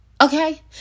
Okay